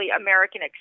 American